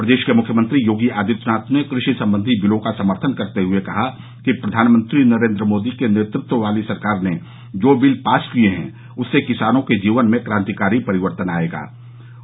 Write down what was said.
प्रदेश के मुख्यमंत्री योगी आदित्यनाथ ने कृषि संबंधित बिलों का समर्थन करते हुए कहा कि प्रधानमंत्री नरेन्द्र मोदी के नेतृत्व वाली सरकार ने जो बिल पास किये हैं उससे किसानों के जीवन में क्रांतिकारी परिवर्तन आयेगा है